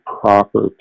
proper